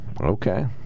Okay